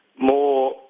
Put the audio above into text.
more